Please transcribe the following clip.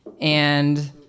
and-